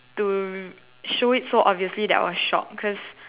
to show it so obviously that I was shock cause